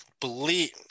believe